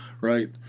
right